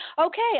okay